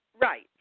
right